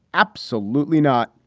absolutely not.